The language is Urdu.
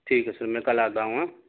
ٹھیک ہے سر میں کل آتا ہوں ایں